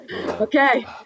okay